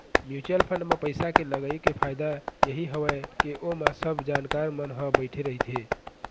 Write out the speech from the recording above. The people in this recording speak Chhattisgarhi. म्युचुअल फंड म पइसा के लगई के फायदा यही हवय के ओमा सब जानकार मन ह बइठे रहिथे